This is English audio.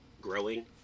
growing